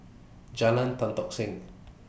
Jalan Tan Tock Seng